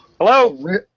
Hello